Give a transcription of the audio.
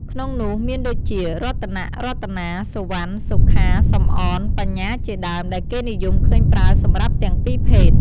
ក្នុងនោះមានដូចជា រតនៈ រតនា សុវណ្ណ សុខា សំអន បញ្ញាជាដើម ដែលគេនិយមឃើញប្រើសម្រាប់ទាំងពីរភេទ។